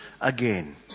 again